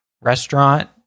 restaurant